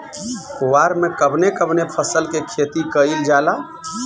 कुवार में कवने कवने फसल के खेती कयिल जाला?